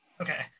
Okay